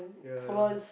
ya